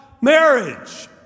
marriage